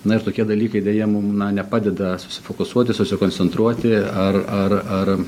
na ir tokie dalykai deja na nepadeda susifokusuoti susikoncentruoti ar ar ar